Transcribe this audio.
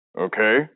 okay